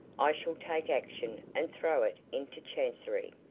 i shall take action, and throw it into chancery.